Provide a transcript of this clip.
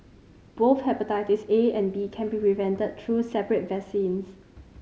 both hepatitis A and B can be prevented through separate vaccines